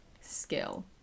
skill